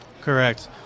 Correct